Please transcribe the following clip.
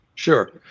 Sure